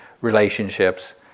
relationships